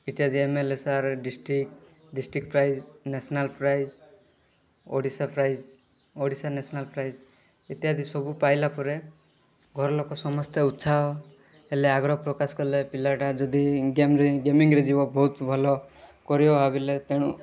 ଇତ୍ୟାଦି M L A sir district district prize national prize Odisha prize Odisha national prize ଇତ୍ୟାଦି ସବୁ ପାଇଲାପରେ ଘରଲୋକ ସମସ୍ତେ ଉତ୍ସାହ ହେଲେ ଆଗ୍ରହ ପ୍ରକାଶ କଲେ ପିଲାଟା ଯଦି ଇଣ୍ଡିଆନ୍ ଗେମିଙ୍ଗରେ ଯିବ ବହୁତ ଭଲ କରିବ ଭାବିଲେ ତେଣୁ